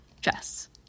jess